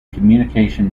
communication